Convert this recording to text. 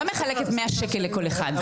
את לא מחלקת 100 שקלים לכל אחד.